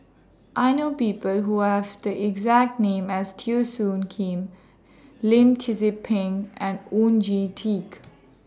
I know People Who Have The exact name as Teo Soon Kim Lim Tze Peng and Oon Jin Teik